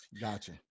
Gotcha